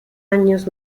años